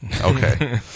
Okay